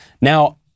Now